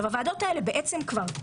הוועדות האלה קמו כבר,